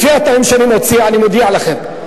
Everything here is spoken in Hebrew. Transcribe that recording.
לפי הנתונים שאני מוציא אני מודיע לכם,